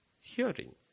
hearing